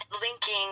linking